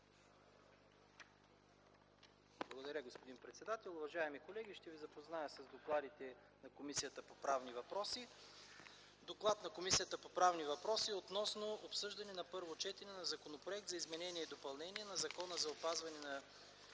Благодаря, господин председател. Уважаеми колеги, ще ви запозная с докладите на Комисията по правни въпроси. „ДОКЛАД на Комисията по правни въпроси относно обсъждане на първо четене на Законопроект за изменение и допълнение на Закона за опазване на